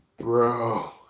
bro